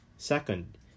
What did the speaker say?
Second